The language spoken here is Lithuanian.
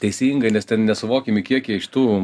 teisingai nes ten nesuvokiami kiekiai šitų